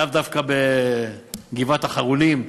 לאו דווקא בגבעת החרולים.